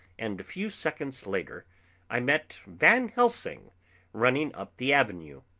and a few seconds later i met van helsing running up the avenue.